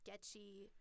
sketchy